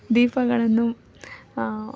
ದೀಪಗಳನ್ನು